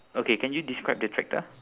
okay can you describe the tractor